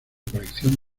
colección